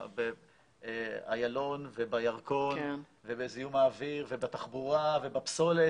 איילון ובירקון ובזיהום האוויר ובתחבורה ובפסולת.